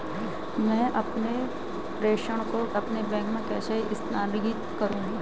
मैं अपने प्रेषण को अपने बैंक में कैसे स्थानांतरित करूँ?